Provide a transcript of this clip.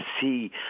see